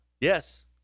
Yes